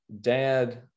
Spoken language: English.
dad